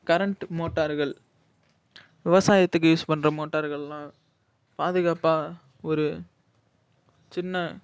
current மோட்டார்கள் விவசாயத்துக்கு use பண்ணுற மோட்டார்கள்லாம் பாதுகாப்பாக ஒரு சின்ன